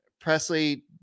Presley